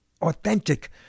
authentic